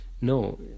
No